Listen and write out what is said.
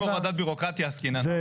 אם בעבודת בירוקרטיה עסקינן.